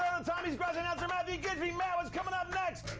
tommy's garage announcer, matthew guidry. matt, what's coming up next?